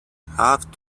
half